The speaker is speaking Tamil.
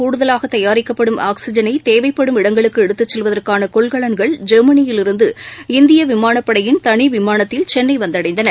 கூடுதலாகதயாரிக்கப்படும் மேலும் இந்தியாவில் ஆச்சிஜனைதேவைப்படும் இடங்குளுக்குஎடுத்துச்செல்வதற்கானகொள்கலன்கள் ஜெர்மனியிலிருந்து இந்தியவிமானப்படையின் தனிவிமானத்தில் சென்னைந்தடைந்தன